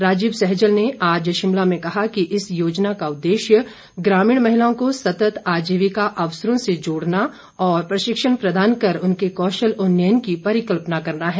राजीव सैजल ने आज शिमला में कहा कि इस योजना के उद्देश्य ग्रामीण महिलाओं को सतत आजीविका अवसरों से जोड़ना और प्रशिक्षण प्रदान कर उनके कौशल उन्नयन की परिकल्पना करना है